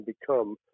become